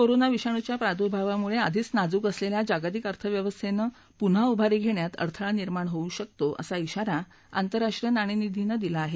corona विषाणूच्या प्रादुर्मावामुळे आधीच नाजूक असलेल्या जागतिक अर्थव्यवस्थेनं पुन्हा उभारी घेण्यात अडथळा निर्माण होऊ शकतो असा ध्वारा आंतरराष्ट्रीय नाणेनिधीनं दिला आहे